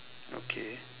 okay